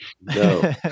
No